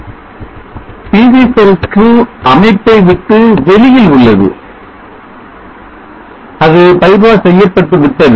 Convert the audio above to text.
PV செல் 2 அமைப்பை விட்டு வெளியில் உள்ளது அது bypass செய்யப்பட்டுவிட்டது